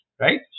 right